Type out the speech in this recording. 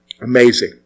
Amazing